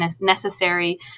necessary